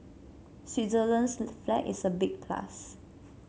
Switzerland's flag is a big plus